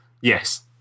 Yes